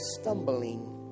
stumbling